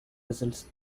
results